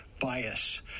bias